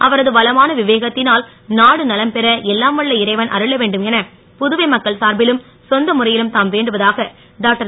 அவரது வளமான விவேகத் ஏல் நாடு நலம்பெற எல்லாம்வல்ல இறைவன் அருளவேண்டும் என புதுவை மக்கள் சார்பிலும் சொந்த முறை லும் தாம் வேண்டுவதாக டாக்டர்